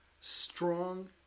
strong